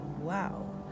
wow